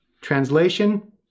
Translation